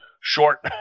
Short